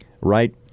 right